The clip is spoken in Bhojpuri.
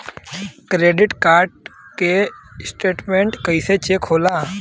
क्रेडिट कार्ड के स्टेटमेंट कइसे चेक होला?